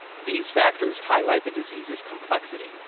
these factors highlight the disease's complexity,